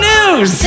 News